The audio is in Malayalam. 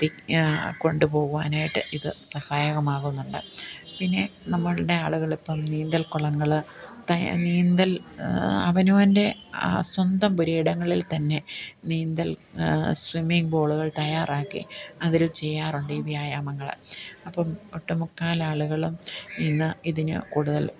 എത്തിക്കാൻ കൊണ്ടുപോകുവാനായിട്ട് ഇത് സഹായകമാവുന്നുണ്ട് പിന്നെ നമ്മളുടെ ആളുകളിപ്പം നീന്തൽകുളങ്ങൾ ത നീന്തൽ അവനോൻ്റെ സ്വന്തം പുരേടങ്ങളിൽ തന്നെ നീന്തൽ സ്വിമിങ് പൂളുകൾ തയ്യാറാക്കി അതിൽ ചെയ്യാറുണ്ട് ഈ വ്യായാമങ്ങൾ അപ്പം ഒട്ടുമുക്കാൽ ആളുകളും ഇന്ന് ഇതിന് കൂടുതൽ